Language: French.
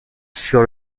sur